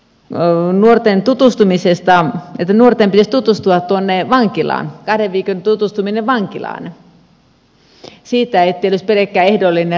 jo tein toimenpidealoitteen tästä että nuorten pitäisi tutustua vankilaan olisi kahden viikon tutustuminen vankilaan ettei olisi pelkkä ehdollinen rangaistus